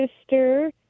sister